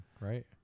right